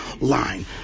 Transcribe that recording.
line